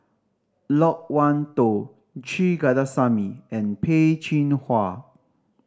Loke Wan Tho Kandasamy and Peh Chin Hua